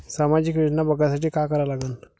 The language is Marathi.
सामाजिक योजना बघासाठी का करा लागन?